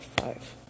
five